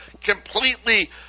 completely